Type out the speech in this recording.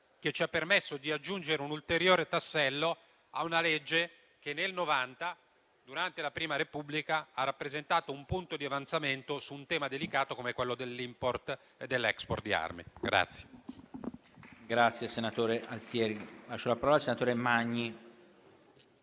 che ci ha permesso di aggiungere un ulteriore tassello a una legge che nel 1990, durante la prima Repubblica, ha rappresentato un punto di avanzamento su un tema delicato come quello dell'*import* e dell'*export* di armi.